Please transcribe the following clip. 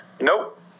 Nope